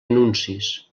anuncis